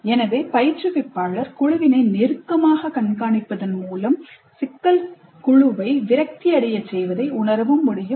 எனவே பயிற்றுவிப்பாளர் குழுவினை நெருக்கமாகக் கண்காணிப்பதன் மூலம் சிக்கல் குழுவை விரக்தி அடைய செய்வதை உணரவும் முடியும்